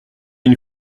une